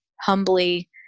humbly